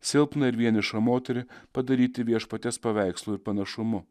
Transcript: silpna ir vienišą moterį padaryti viešpaties paveikslu ir panašumu